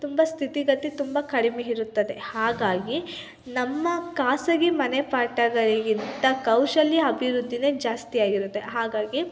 ತುಂಬ ಸ್ಥಿತಿಗತಿ ತುಂಬ ಕಡಿಮೆ ಇರುತ್ತದೆ ಹಾಗಾಗಿ ನಮ್ಮ ಖಾಸಗಿ ಮನೆ ಪಾಠಗಳಿಗಿಂತ ಕೌಶಲ್ಯ ಅಭಿವೃದ್ದಿಯೇ ಜಾಸ್ತಿ ಆಗಿರುತ್ತೆ ಹಾಗಾಗಿ